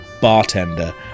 bartender